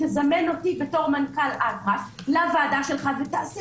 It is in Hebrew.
תזמן אותי בתור מנכ"ל אטרף לוועדה שלך ותעשה